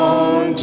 on